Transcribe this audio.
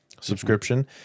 subscription